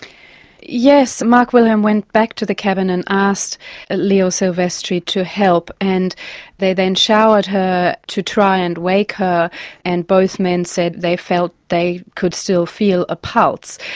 yes. mark wilhelm went back to the cabin and asked leo silvestri to help, and they then showered her, to try and wake her and both men said they felt they could still feel a pulse.